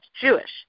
Jewish